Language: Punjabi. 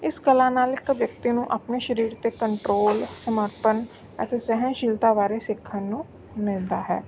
ਇਸ ਕਲਾ ਨਾਲ ਇੱਕ ਵਿਅਕਤੀ ਨੂੰ ਆਪਣੇ ਸਰੀਰ 'ਤੇ ਕੰਟਰੋਲ ਸਮਰਪਣ ਅਤੇ ਸਹਿਣਸ਼ੀਲਤਾ ਬਾਰੇ ਸਿੱਖਣ ਨੂੰ ਮਿਲਦਾ ਹੈ